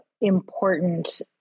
important